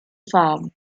farm